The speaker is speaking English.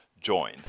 join